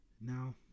Now